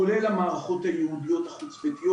כולל המערכות הייעודיות החוץ ביתיות